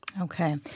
Okay